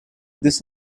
this